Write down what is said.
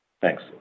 Thanks